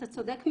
אתה צודק מאוד.